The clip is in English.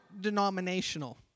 denominational